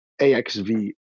AXV